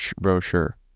brochure